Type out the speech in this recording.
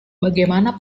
bagaimana